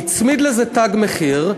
הצמידו לזה תג מחיר,